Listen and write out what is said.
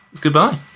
Goodbye